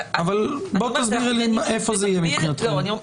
תסבירי לי איפה זה יהיה מבחינתכם.